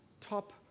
top